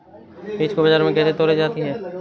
बीज को बाजार में कैसे तौली जाती है?